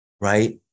right